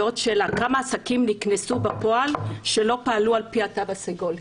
ועוד שאלה: כמה עסקים נקנסו בפועל בגלל שלא פעלו על פי התו הסגול?